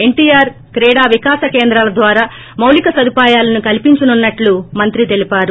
ఎన్టీఆర్ క్రీడా వికాస కేంద్రాల ద్వారా మౌలిక సదుపాయాలను కల్పించనున్నట్లు మంత్రి తెలిపారు